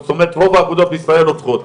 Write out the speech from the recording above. זאת אומרת רוב האגודות בישראל לא צריכות.